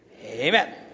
Amen